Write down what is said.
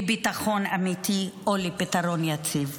לביטחון אמיתי או לפתרון יציב,